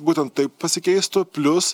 būtent taip pasikeistų plius